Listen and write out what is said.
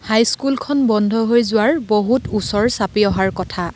হাইস্কুলখন বন্ধ হৈ যোৱাৰ বহুত ওচৰ চাপি অহাৰ কথা